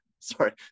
Sorry